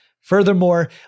Furthermore